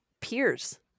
peers